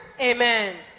Amen